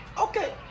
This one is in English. Okay